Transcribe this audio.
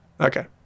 Okay